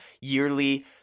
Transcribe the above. yearly